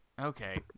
okay